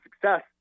success